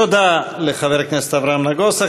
תודה לחבר הכנסת אברהם נגוסה.